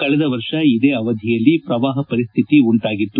ಕಳೆದ ವರ್ಷ ಇದೇ ಅವಧಿಯಲ್ಲಿ ಪ್ರವಾಪ ಪರಿಸ್ಥಿತಿ ಉಂಟಾಗಿತ್ತು